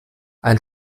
ein